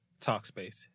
Talkspace